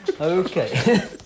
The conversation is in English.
Okay